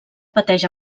pateix